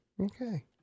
Okay